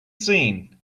seen